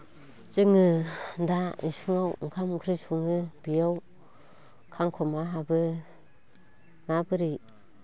जोङो दा इसिङाव ओंख्रि सङो बेयाव खांखमा हाबो माबोरै